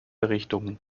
richtungen